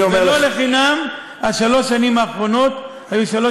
ולא לחינם שלוש השנים האחרונות היו שלוש